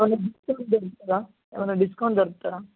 ఏమన్నా డిస్కౌంట్ దొరుకుతుందా ఏమన్నా డిస్కౌంట్ దొరుకుతుందా